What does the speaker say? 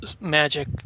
magic